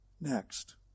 next